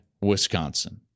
Wisconsin